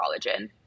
Collagen